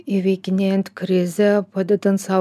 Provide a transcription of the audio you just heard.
įveikinėjant krizę padedant sau